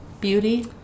beauty